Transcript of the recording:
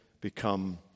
become